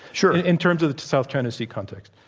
sure. in terms of the south china sea context.